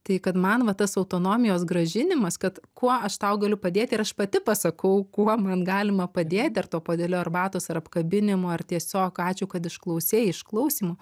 tai kad man va tas autonomijos grąžinimas kad kuo aš tau galiu padėt ir aš pati pasakau kuo man galima padėti ar tuo puodeliu arbatos ar apkabinimu ar tiesiog ačiū kad išklausei išklausymu